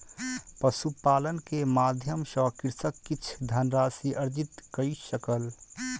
पशुपालन के माध्यम सॅ कृषक किछ धनराशि अर्जित कय सकल